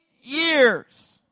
years